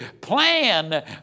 plan